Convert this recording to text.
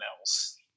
else